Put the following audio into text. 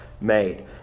made